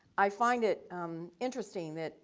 i find it interesting that